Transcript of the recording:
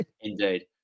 Indeed